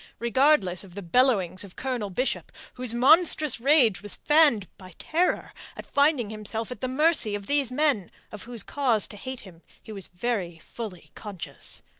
regardless of the bellowings of colonel bishop, whose monstrous rage was fanned by terror at finding himself at the mercy of these men of whose cause to hate him he was very fully conscious.